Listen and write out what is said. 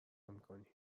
میکنی